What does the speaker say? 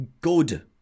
good